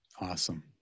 Awesome